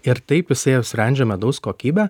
ir taip jisai apsprendžia medaus kokybę